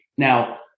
Now